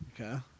Okay